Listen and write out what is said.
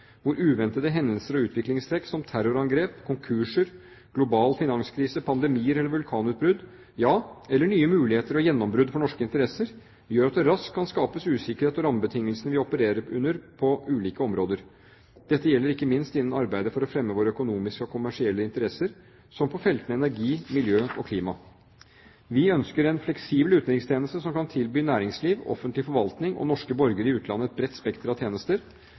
hvor uventede hendelser og utviklingstrekk som terrorangrep, konkurser, global finanskrise, pandemier eller vulkanutbrudd – ja, eller nye muligheter og gjennombrudd for norske interesser – gjør at det raskt kan skapes usikkerhet om rammebetingelsene vi opererer under på ulike områder. Dette gjelder ikke minst innen arbeidet med å fremme våre økonomiske og kommersielle interesser, som på feltene energi, miljø og klima. Vi ønsker en fleksibel utenrikstjeneste som kan tilby næringsliv, offentlig forvaltning og norske borgere i utlandet et bredt spekter av tjenester.